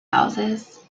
houses